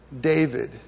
David